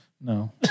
No